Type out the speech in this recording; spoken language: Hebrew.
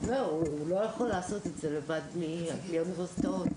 הוא לא יכול לעשות את זה לבד בלי האוניברסיטאות.